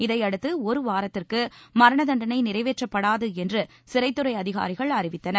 இதனையடுத்து ஒரு வாரத்திற்கு மரண தண்டனை நிறைவேற்றப்படாது என்று சிறைத்துறை அறிவித்துள்ளது